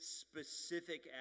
specific